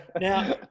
Now